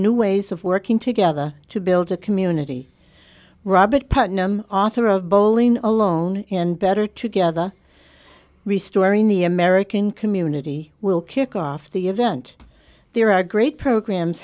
new ways of working together to build a community robert putnam author of bowling alone and better together re storing the american community will kick off the event there are great programs